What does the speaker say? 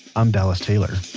i'm dallas taylor